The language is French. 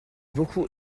beaucoup